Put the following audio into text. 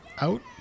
out